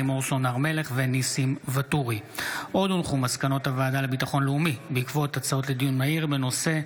לימור סון הר מלך וניסים ואטורי בנושא: פגיעה צפויה ברפואה